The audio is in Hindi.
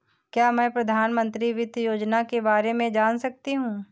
क्या मैं प्रधानमंत्री वित्त योजना के बारे में जान सकती हूँ?